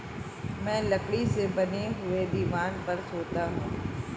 मैं लकड़ी से बने हुए दीवान पर सोता हूं